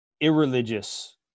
irreligious